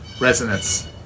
resonance